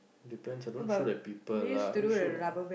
depends I don't shoot at people lah you shoot at